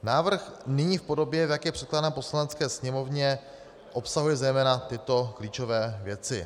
Návrh nyní v podobě, jak je předkládaná Poslanecké sněmovně, obsahuje zejména tyto klíčové věci: